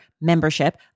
membership